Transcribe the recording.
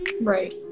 Right